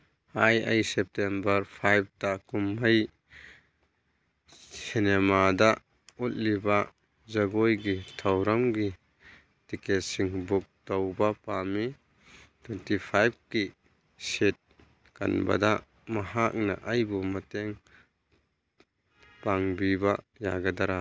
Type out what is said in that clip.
ꯍꯥꯏ ꯑꯩ ꯁꯦꯞꯇꯦꯝꯕꯔ ꯐꯥꯏꯚꯇ ꯀꯨꯝꯍꯩ ꯁꯤꯅꯦꯃꯥꯗ ꯎꯠꯂꯤꯕ ꯖꯒꯣꯏꯒꯤ ꯊꯧꯔꯝꯒꯤ ꯇꯤꯀꯦꯠꯁꯤꯡ ꯕꯨꯛ ꯇꯧꯕ ꯄꯥꯝꯃꯤ ꯇ꯭ꯋꯦꯟꯇꯤ ꯐꯥꯏꯚꯀꯤ ꯁꯤꯠ ꯀꯟꯕꯗ ꯃꯍꯥꯛꯅ ꯑꯩꯕꯨ ꯃꯇꯦꯡ ꯄꯥꯡꯕꯤꯕ ꯌꯥꯒꯗ꯭ꯔ